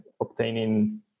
obtaining